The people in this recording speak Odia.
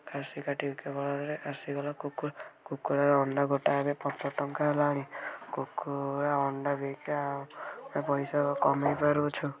ଖାସି କାଟି ବିକିବା ଫଳରେ ଆସି ଗଲା କୁକୁ କୁକୁଡ଼ାର ଅଣ୍ଡା ଗୋଟା ଏବେ ପାଞ୍ଚ ଟଙ୍କା ହେଲାଣି କୁକୁଡ଼ା ଅଣ୍ଡା ବିକା ପଇସା କମେଇ ପାରୁଛୁ